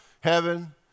heaven